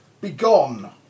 Begone